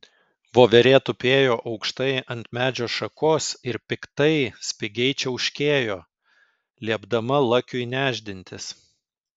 voverė tupėjo aukštai ant medžio šakos ir piktai spigiai čiauškėjo liepdama lakiui nešdintis